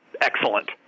excellent